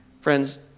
Friends